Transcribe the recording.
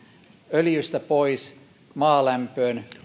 öljystä pois maalämpöön